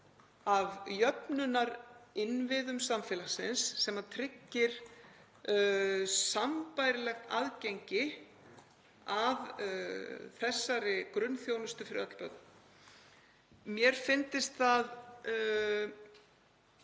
af jöfnunarinnviðum samfélagsins sem tryggir sambærilegt aðgengi að slíkri grunnþjónustu fyrir öll börn. Mér fyndist það